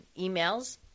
emails